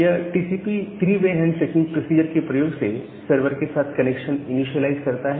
यह TCP three way handshaking procedure के प्रयोग से सर्वर के साथ कनेक्शन इनीशिएलाइज करता है